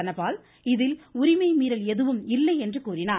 தனபால் இதில் உரிமை மீறல் எதுவும் இல்லை என்று கூறினார்